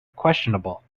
questionable